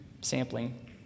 sampling